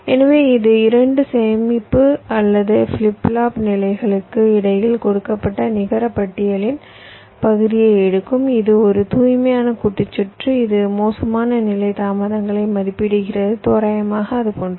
எனவே இது 2 சேமிப்பு அல்லது ஃபிளிப் ஃப்ளாப் நிலைகளுக்கு இடையில் கொடுக்கப்பட்ட நிகர பட்டியலின் பகுதியை எடுக்கும் இது ஒரு தூய்மையான கூட்டு சுற்று இது மோசமான நிலை தாமதங்களை மதிப்பிடுகிறது தோராயமாக அது போன்றது